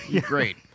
great